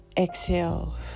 exhale